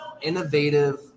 innovative